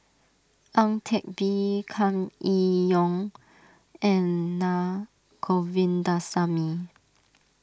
Ang Teck Bee Kam Kee Yong and Naa Govindasamy